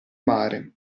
mare